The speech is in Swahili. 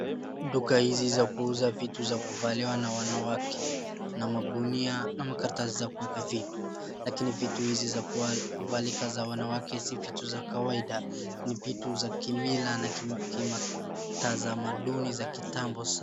Duka hizi za kuuza vitu za kuvaliwa na wanawake na magunia na makaratasi za kuweka vitu lakini vitu hizi za kuvalika za wanawake si vitu za kawaida ni vitu za kimila na kitazamaduni za kitambo sana.